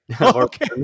Okay